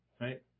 right